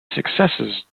successes